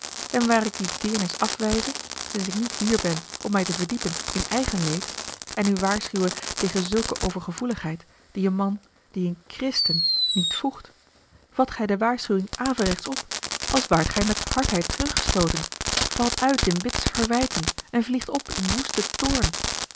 en waar ik die deernis afwijze sinds ik niet hier ben om mij te verdiepen in eigen leed en u waarschuwe tegen zulke overgevoeligheid die een man die een christen niet voegt vat gij de waarschuwing averechts op als waart gij met hardheid teruggestooten valt uit in bitse verwijten en vliegt op in woesten toorn